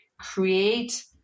create